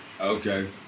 Okay